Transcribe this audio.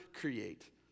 create